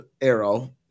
arrow